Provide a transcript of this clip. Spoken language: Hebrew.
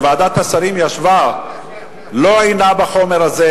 שוועדת השרים ישבה ולא עיינה בחומר הזה,